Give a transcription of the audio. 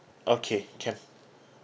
okay can